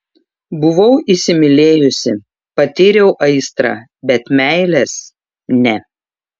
buvau įsimylėjusi patyriau aistrą bet meilės ne